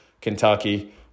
Kentucky